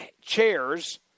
chairs